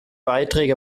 beträge